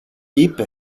είπε